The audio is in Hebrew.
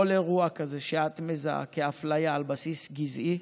כל אירוע כזה שאת מזהה כאפליה על בסיס גזעי,